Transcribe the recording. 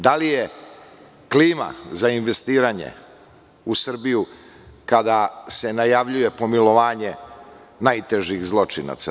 Da li je klima za investiranje u Srbiju kada se najavljuje pomilovanje najtežih zločinaca?